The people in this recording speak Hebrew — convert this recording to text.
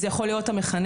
זה יכול להיות המחנך,